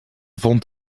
vond